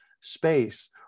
space